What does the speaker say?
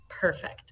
perfect